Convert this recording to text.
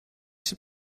się